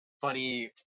funny